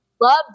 love